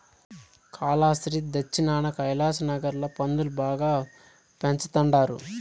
కాలాస్త్రి దచ్చినాన కైలాసనగర్ ల పందులు బాగా పెంచతండారు